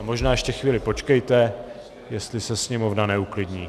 Možná ještě chvíli počkejte, jestli se sněmovna neuklidní.